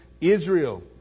Israel